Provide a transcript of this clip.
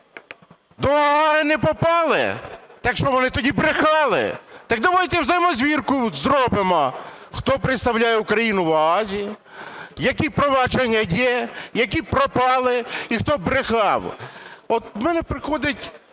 До Гааги не попали? Та що, вони тоді брехали? Так давайте взаємозвірку зробимо, хто представляє Україну в Гаазі, які провадження є, які пропали і хто брехав. От в мене приходить